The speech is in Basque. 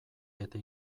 eta